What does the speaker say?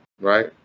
right